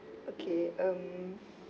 okay um